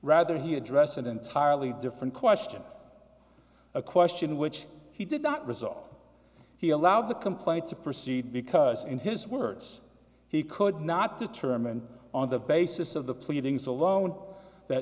rather he addressed an entirely different question a question which he did not resolve he allowed the complaint to proceed because in his words he could not determine on the basis of the pleadings alone that